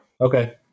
Okay